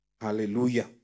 hallelujah